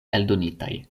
eldonitaj